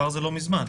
אני מדבר על לא מזמן.